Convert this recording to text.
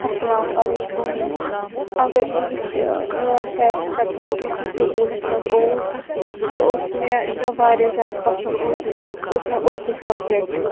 اَسَلامُ عَلَیکُم اَگر بہٕ وٕچھِ میون فیورِٹ سَبجَکٹہٕ یُس مےٚ سکوٗلَس منٛز اوس سُہ اوس مےٚ یُس مےٚ واریاہ زِیادٕ پَسنٛد اوس سُہ اوس مےٚ اردوٗ سَبجکٹہٕ